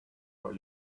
where